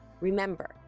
remember